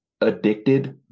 addicted